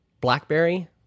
Blackberry